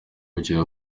bikekwa